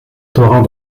torrent